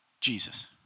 Jesus